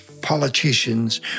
politicians